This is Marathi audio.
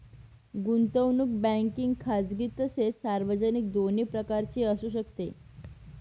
गुंतवणूक बँकिंग खाजगी तसेच सार्वजनिक दोन्ही प्रकारची असू शकते